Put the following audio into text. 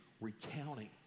recounting